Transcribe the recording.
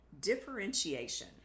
differentiation